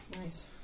Nice